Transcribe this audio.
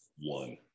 one